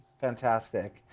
fantastic